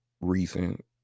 recent